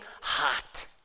hot